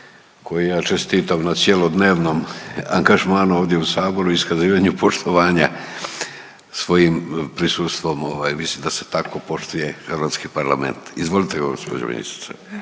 kojoj ja čestitam na cjelodnevnom angažmanu ovdje u saboru, iskazivanju poštovanja svojim prisustvom, ovaj mislim da se tako poštuje Hrvatski parlament. Izvolite gospođo ministrice.